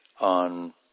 on